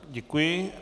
Děkuji.